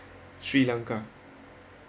sri lanka